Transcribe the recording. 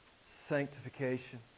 sanctification